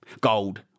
gold